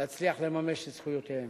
להצליח לממש את זכויותיהם.